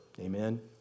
Amen